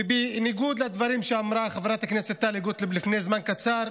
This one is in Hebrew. ובניגוד לדברים שאמרה חברת הכנסת טלי גוטליב לפני זמן קצר,